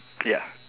ya